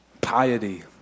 Piety